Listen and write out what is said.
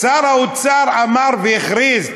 שר האוצר אמר והכריז,